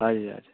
हजुर हजुर